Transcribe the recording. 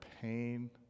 pain